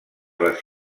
les